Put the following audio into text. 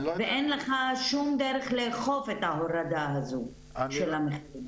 ואין לך שום דרך לאכוף את ההורדה הזו של המחירים.